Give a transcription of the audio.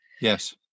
Yes